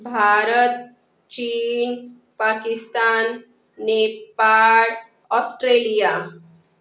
भारत चीन पाकिस्तान नेपाळ ऑस्ट्रेलिया